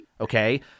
okay